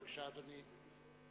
בבקשה, אדוני.